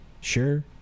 Sure